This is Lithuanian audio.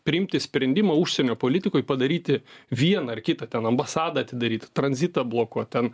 priimti sprendimą užsienio politikoj padaryti vieną ar kitą ten ambasadą atidaryt tranzitą blokuot ten